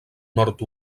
nord